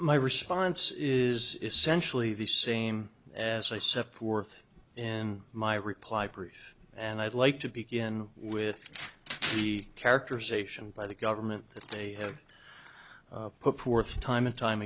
my response is essentially the same as i sept worth in my reply brief and i'd like to begin with the characterization by the government that they have put forth time and time